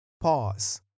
Pause